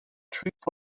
troops